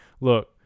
look